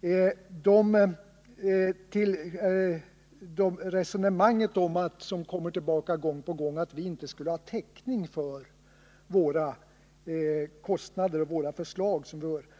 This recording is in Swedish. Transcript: Ett resonemang som kommer tillbaka gång på gång är att vi inte skulle ha täckning för vad våra förslag kostar.